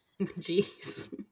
Jeez